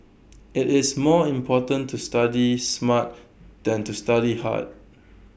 IT is more important to study smart than to study hard